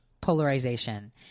polarization